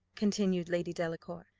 continued lady delacour,